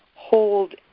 hold